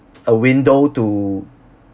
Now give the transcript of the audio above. a window to